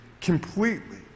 completely